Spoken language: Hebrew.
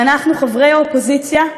ואנחנו, חברי האופוזיציה,